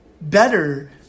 better